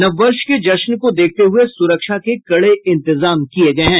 नव वर्ष के जश्न को देखते हुये सुरक्षा के कड़े इंतजाम किये गये हैं